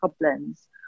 problems